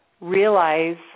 realize